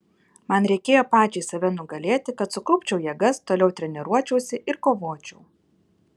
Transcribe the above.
man reikėjo pačiai save nugalėti kad sukaupčiau jėgas toliau treniruočiausi ir kovočiau